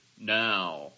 Now